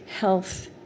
health